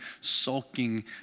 sulking